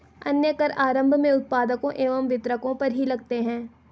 अन्य कर आरम्भ में उत्पादकों एवं वितरकों पर ही लगते हैं